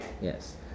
Yes